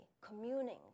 communing